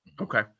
Okay